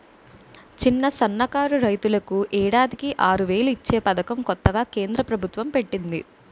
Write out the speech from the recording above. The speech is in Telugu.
చిన్న, సన్నకారు రైతులకు ఏడాదికి ఆరువేలు ఇచ్చే పదకం కొత్తగా కేంద్ర ప్రబుత్వం పెట్టింది